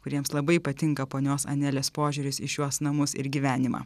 kuriems labai patinka ponios anelės požiūris į šiuos namus ir gyvenimą